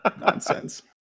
Nonsense